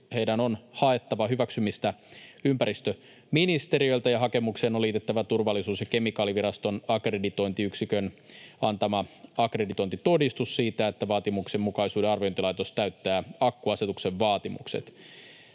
on haettava hyväksymistä ympäristöministeriöltä ja hakemukseen on liitettävä Turvallisuus- ja kemikaaliviraston akkreditointiyksikön antama akkreditointitodistus siitä, että vaatimuksenmukaisuuden arviointilaitos täyttää akkuasetuksen vaatimukset.